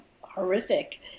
horrific